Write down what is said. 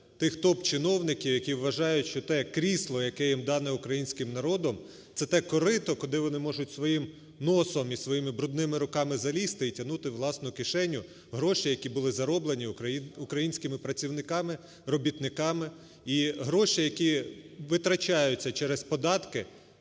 тих топ-чиновників, які вважають, що те крісло, яке їм дане українським народом, - це те "корито", куди вони можуть своїм носом і своїми брудними руками залізти і тягнути у власну кишеню гроші, які були зароблені українськими працівниками, робітниками, і гроші, які витрачаються через податки,